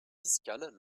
fiscales